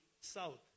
South